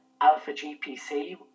alpha-GPC